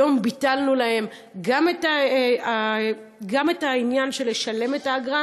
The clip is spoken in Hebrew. היום ביטלנו להם גם את העניין של תשלום האגרה